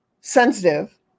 sensitive